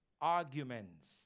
arguments